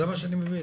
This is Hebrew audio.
זה מה שאני מבין?